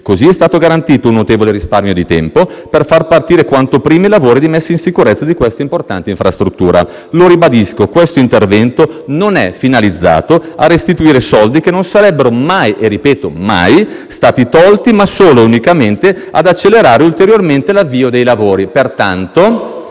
così è stato garantito un notevole risparmio di tempo per far partire quanto prima i lavori di messa in sicurezza di questa importante infrastruttura. Lo ribadisco: questo intervento non è finalizzato a restituire soldi che non sarebbero mai - ripeto, mai - stati tolti ma solo ed unicamente ad accelerare ulteriormente l'avvio dei lavori.